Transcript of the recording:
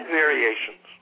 variations